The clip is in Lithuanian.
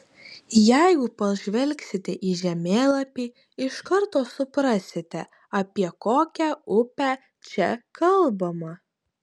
jeigu pažvelgsite į žemėlapį iš karto suprasite apie kokią upę čia kalbama